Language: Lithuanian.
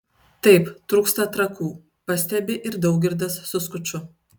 taip trūksta trakų pastebi ir daugirdas su skuču